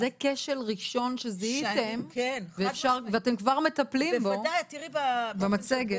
זה כשל ראשון שזיהיתם ואתם כבר מטפלים בו, במצגת.